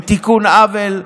הוא תיקון עוול.